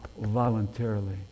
voluntarily